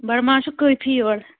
بڑٕ ماز چھُ کٲفی یورٕ